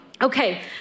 Okay